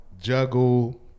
juggle